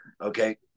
okay